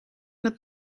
het